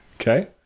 Okay